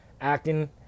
acting